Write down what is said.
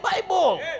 Bible